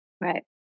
right